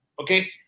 okay